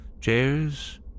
chairs